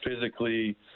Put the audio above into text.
physically